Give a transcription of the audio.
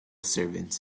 servant